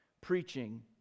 preaching